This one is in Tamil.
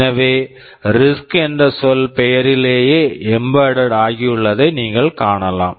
எனவே ரிஸ்க் RISC என்ற சொல் பெயரிலேயே எம்பெட்டட் embedded ஆகியுள்ளதை நீங்கள் காணலாம்